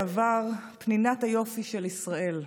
בעבר פנינת היופי של ישראל,